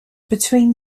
between